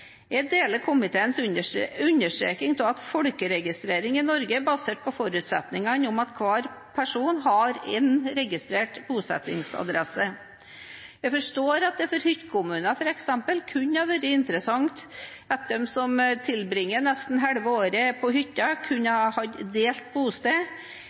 Jeg deler komiteens understreking av at folkeregistreringen i Norge er basert på forutsetningen om at hver person har én registrert bostedsadresse. Jeg forstår at det for f.eks. hyttekommuner kunne ha vært interessant at de som tilbringer nesten halve året på hytta, kunne hatt delt bosted,